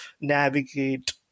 navigate